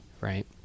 right